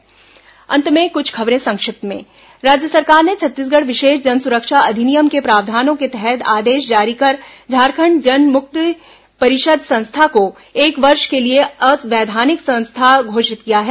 संक्षिप्त समाचार अब कुछ अन्य खबरें संक्षिप्त में राज्य सरकार ने छत्तीसगढ़ विशेष जनसुरक्षा अधिनियम के प्रावधानों के तहत आदेश जारी कर झारखंड जन मुक्ति परिषद संस्था को एक वर्ष के लिए अवैधानिक संस्था घोषित किया है